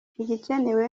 igikenewe